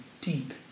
deep